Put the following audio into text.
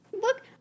Look